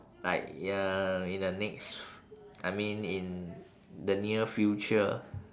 like uh in the next I mean in the near future